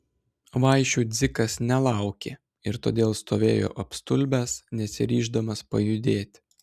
vaišių dzikas nelaukė ir todėl stovėjo apstulbęs nesiryždamas pajudėti